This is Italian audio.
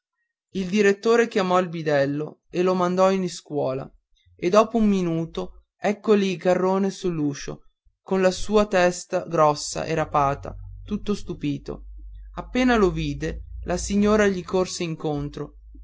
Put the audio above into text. il direttore chiamò il bidello e lo mandò in iscuola e dopo un minuto ecco lì garrone sull'uscio con la sua testa grossa e rapata tutto stupito appena lo vide la signora gli corse incontro